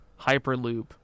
Hyperloop